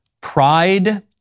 pride